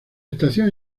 estación